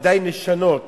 עדיין לשנות